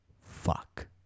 fuck